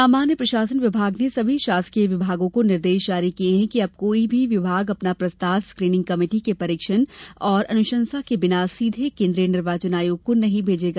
सामान्य प्रशासन विभाग ने सभी शासकीय विभागों को निर्देश जारी किये हैं कि अब कोई भी विभाग अपना प्रस्ताव स्क्रीनिंग कमेटी के परीक्षण और अनशंसा के बिना सीधे केन्द्रीय निर्वाचन आयोग को नही भेजेगा